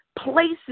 places